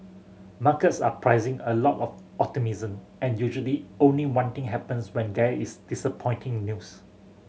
markets are pricing a lot of optimism and usually only one thing happens when there is disappointing news